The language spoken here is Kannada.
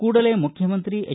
ಕೂಡಲೇ ಮುಖ್ಯಮಂತ್ರಿ ಎಚ್